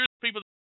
people